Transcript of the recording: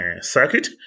circuit